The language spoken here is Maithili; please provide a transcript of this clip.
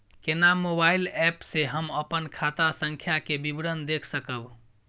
केना मोबाइल एप से हम अपन खाता संख्या के विवरण देख सकब?